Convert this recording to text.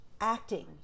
acting